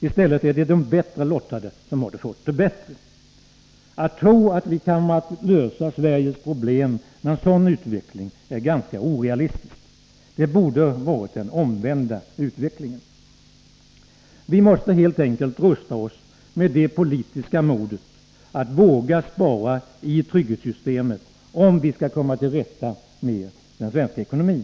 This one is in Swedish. I stället är det de bättre lottade som fått det bättre. Att tro att vi kommer att lösa Sveriges problem med en sådan utveckling är ganska orealistiskt. Det borde ha varit den omvända utvecklingen. Vi måste helt enkelt rusta oss med det politiska modet att våga spara i trygghetssystemet om vi skall komma till rätta med den svenska ekonomin.